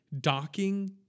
docking